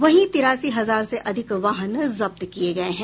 वहीं तिरासी हजार से अधिक वाहन जब्त किये गये हैं